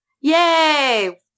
yay